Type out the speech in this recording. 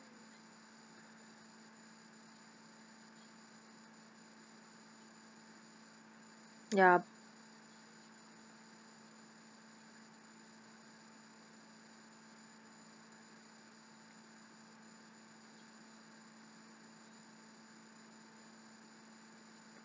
ya